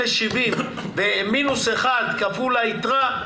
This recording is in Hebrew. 0.70 ומינוס 1 כפול היתרה,